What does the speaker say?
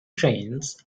trains